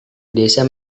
desa